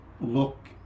look